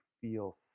feel